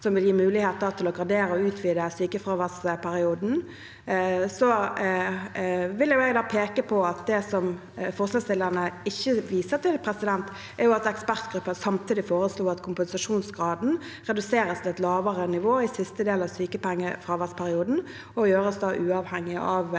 som vil gi mulighet til å gradere og utvide sykefraværsperioden, vil jeg peke på at det forslagsstillerne ikke viser til, er at ekspertgruppen samtidig foreslo at kompensasjonsgraden reduseres til et lavere nivå i siste del av sykepengefraværsperioden og gjøres uavhengig av gradering.